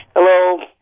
Hello